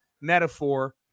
metaphor